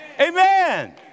Amen